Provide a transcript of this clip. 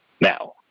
now